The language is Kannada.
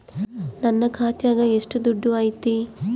ನನ್ನ ಖಾತ್ಯಾಗ ಎಷ್ಟು ದುಡ್ಡು ಐತಿ?